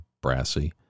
brassy